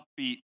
upbeat